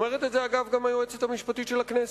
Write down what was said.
אומרת את זה, אגב, גם היועצת המשפטית של הכנסת.